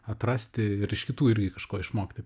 atrasti ir iš kitų irgi kažko išmokti